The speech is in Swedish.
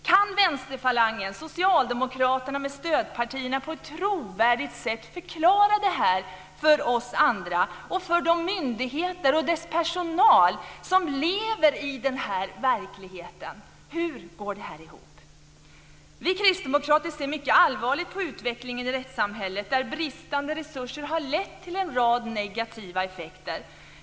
Kan vänsterfalangen, socialdemokraterna med stödpartierna, på ett trovärdigt sätt förklara för oss andra och för myndigheterna och deras personal som lever i denna verklighet hur detta går ihop? Vi kristdemokrater ser mycket allvarligt på utvecklingen i rättssamhället, där bristande resurser har lett till en rad negativa effekter.